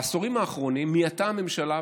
בעשורים האחרונים מיעטה הממשלה,